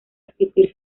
existir